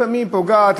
לפעמים היא פוגעת,